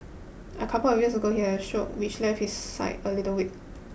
a couple of years ago he had a stroke which left his side a little weak